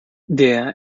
der